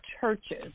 churches